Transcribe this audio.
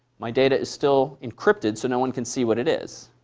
my data is still encrypted so no one can see what it is.